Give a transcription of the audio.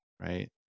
Right